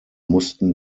mussten